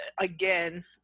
again